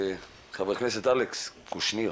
חבר הכנסת אלכס קושניר,